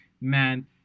man